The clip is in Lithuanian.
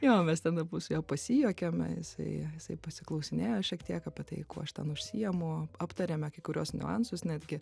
jo mes ten abu su juo pasijuokėme jisai jisai pasiklausinėjo šiek tiek apie tai kuo aš ten užsiemu aptarėme kai kuriuos niuansus netgi